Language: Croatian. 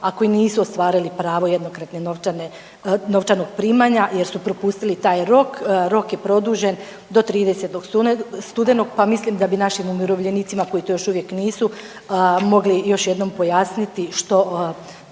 a koji nisu ostvarili pravo jednokratne novčane, novčanog primanja jer su propustili taj rok. Rok je produžen do 30. studenog pa mislim da bi našim umirovljenicima koji to još uvijek nisu mogli još jednom pojasniti što